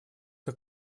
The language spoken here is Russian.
как